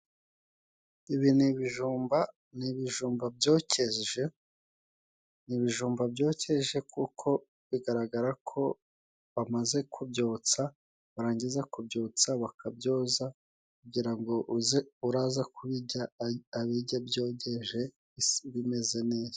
Ibi ni ibijumba, ni ibijumba byokeje ni ibijumba byokeje kuko bigaragara ko bamaze kubyotsa, barangiza kubyotsa bakabyoza kugira ngo uraza kubirya, abirye byogeje bimeze neza.